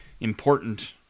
important